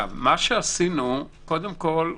קודם כל,